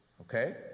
okay